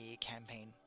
campaign